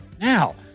now